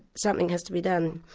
something has to be done.